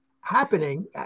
happening